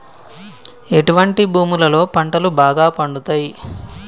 ఎటువంటి భూములలో పంటలు బాగా పండుతయ్?